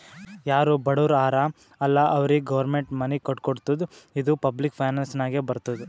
ಯಾರು ಬಡುರ್ ಹರಾ ಅಲ್ಲ ಅವ್ರಿಗ ಗೌರ್ಮೆಂಟ್ ಮನಿ ಕಟ್ಕೊಡ್ತುದ್ ಇದು ಪಬ್ಲಿಕ್ ಫೈನಾನ್ಸ್ ನಾಗೆ ಬರ್ತುದ್